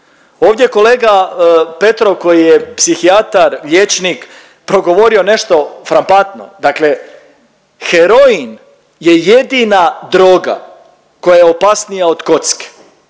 Ovdje kolega Petrov koji je psihijatar, liječnik, progovorio nešto frapantno. Dakle heroin je jedina droga koja je opasnija od kocke.